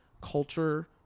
culture